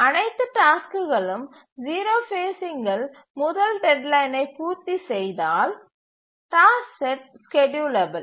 அனைத்து டாஸ்க்குகளும் 0 ஃபேஸ்சிங்கில் முதல் டெட்லைனை பூர்த்திசெய்தால் டாஸ்க் செட் ஸ்கேட்யூலபில்